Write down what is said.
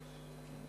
סעיפים 1 3